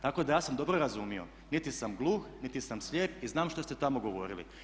Tako da ja sam dobro razumio, niti sam gluh, niti sam slijep i znam što ste tamo govorili.